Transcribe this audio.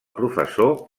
professor